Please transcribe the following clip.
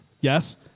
Yes